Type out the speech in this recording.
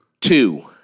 two